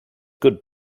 good